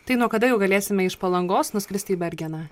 tai nuo kada jau galėsime iš palangos nuskristi į bergeną